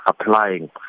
applying